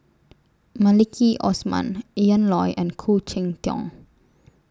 Maliki Osman Ian Loy and Khoo Cheng Tiong